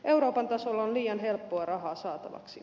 euroopan tasolla on liian helppoa rahaa saatavaksi